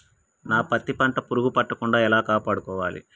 నా పత్తి పంట పురుగు పట్టకుండా ఎలా కాపాడుకోవాలి?